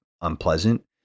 unpleasant